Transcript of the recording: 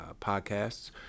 podcasts